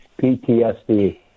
PTSD